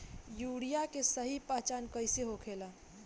Urea के सही पहचान कईसे होखेला?